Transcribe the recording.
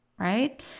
right